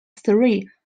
three